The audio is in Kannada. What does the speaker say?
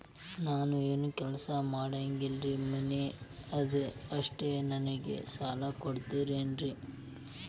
ನಾನು ಏನು ಕೆಲಸ ಮಾಡಂಗಿಲ್ರಿ ಮನಿ ಅದ ಅಷ್ಟ ನನಗೆ ಸಾಲ ಕೊಡ್ತಿರೇನ್ರಿ?